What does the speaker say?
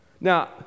Now